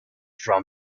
from